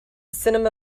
cinema